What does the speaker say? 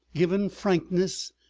given frankness,